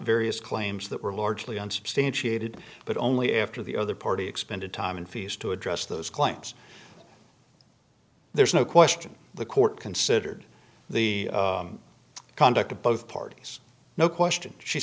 various claims that were largely unsubstantiated but only after the other party expended time in fees to address those claims there's no question the court considered the conduct of both parties no question she